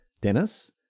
Dennis